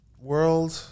world